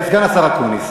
סגן השר אקוניס.